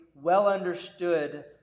well-understood